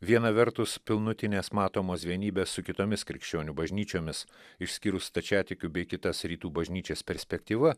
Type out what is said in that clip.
viena vertus pilnutinės matomos vienybės su kitomis krikščionių bažnyčiomis išskyrus stačiatikių bei kitas rytų bažnyčias perspektyva